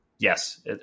Yes